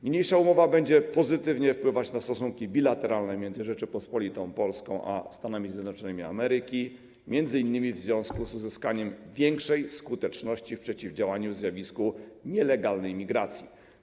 Niniejsza umowa będzie pozytywnie wpływać na stosunki bilateralne między Rzecząpospolitą Polską a Stanami Zjednoczonymi Ameryki, m.in. w związku z uzyskaniem większej skuteczności w przeciwdziałaniu zjawisku nielegalnej imigracji.